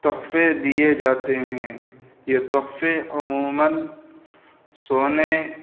تحفے دیے جاتے ہیں یہ تحفے عموماً سونے